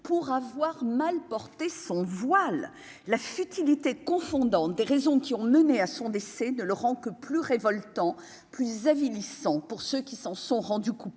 pour avoir mal porté son voile la futilité confondant des raisons. Qui ont mené à son décès de Laurent que plus révoltant plus avilissant pour ceux qui s'en sont rendus coupables